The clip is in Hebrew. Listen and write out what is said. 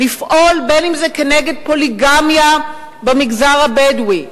האם זה באמת היה קורה ברחוב היהודי או במגזר היהודי?